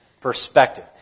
Perspective